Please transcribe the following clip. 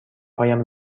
هایم